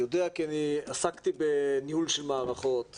יודע, כי עסקתי בניהול של מערכות